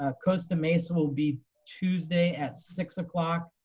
ah costa mesa will be tuesday at six o'clock.